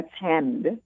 attend